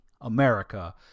America